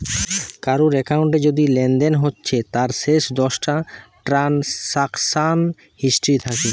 কারুর একাউন্টে যদি লেনদেন হচ্ছে তার শেষ দশটা ট্রানসাকশান হিস্ট্রি থাকে